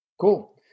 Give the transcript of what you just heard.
Cool